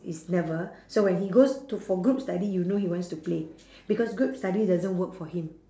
it's never so when he goes to for group study you know he wants to play because group study doesn't work for him